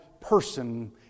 person